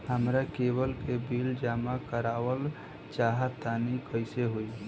हमरा केबल के बिल जमा करावल चहा तनि कइसे होई?